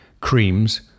creams